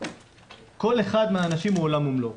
כל אחד מהאנשים הוא עולם ומלואו.